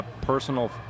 personal